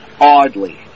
Oddly